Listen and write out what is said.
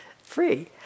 free